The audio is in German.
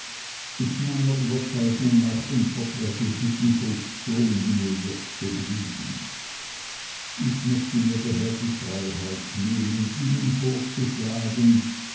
ist meiner überzeugung nach unverträglich mit den funktionen die mir jetzt obliegen ich möchte mir daher die freiheit nehmen ihnen vorzuschlagen